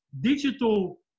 digital